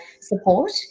support